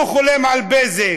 הוא חולם על בזק,